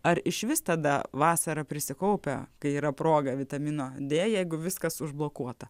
ar išvis tada vasarą prisikaupia kai yra proga vitamino dė jeigu viskas užblokuota